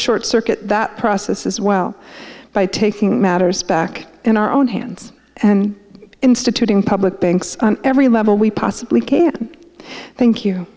short circuit that process as well by taking matters back in our own hands and instituting public banks on every level we possibly can thank you